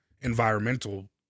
environmental